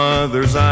others